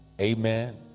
amen